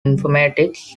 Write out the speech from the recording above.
informatics